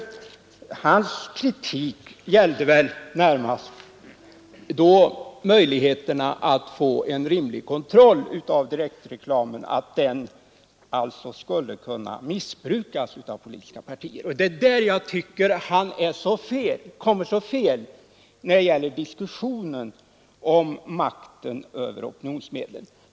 Hans kritik gällde ju närmast möjligheterna att få en rimlig kontroll av direktreklamen — att den alltså skulle kunna missbrukas av politiska partier. Det är där jag tycker att han kommer så fel i diskussionen om makten över opinionsmedlen.